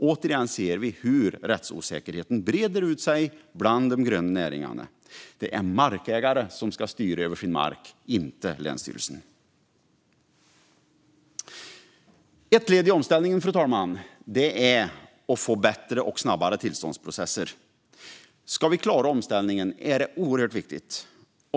Återigen ser vi hur rättsosäkerheten breder ut sig bland de gröna näringarna. Det är markägare som ska styra över sin mark och inte länsstyrelsen. Fru talman! Ett led i omställningen är att få bättre och snabbare tillståndsprocesser. Ska vi klara omställningen är detta oerhört viktigt.